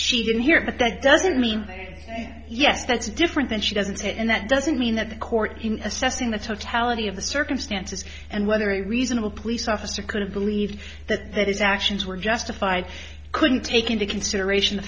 she didn't hear it but that doesn't mean yes that's different than she doesn't and that doesn't mean that the court in assessing the totality of the circumstances and whether a reasonable police officer could have believed that his actions were justified couldn't take into consideration the